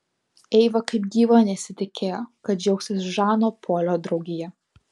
eiva kaip gyva nesitikėjo kad džiaugsis žano polio draugija